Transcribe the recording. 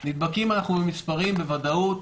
אנחנו במספרים בוודאות,